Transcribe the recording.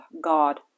God